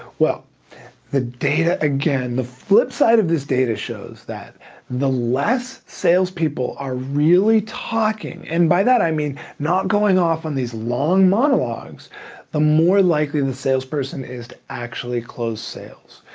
the data, again, the flip side of this data shows that the less sales people are really talking, and by that i mean, not going off on these long monologues the more likely and the sales person is to actually close sales.